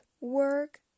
work